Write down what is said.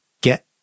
get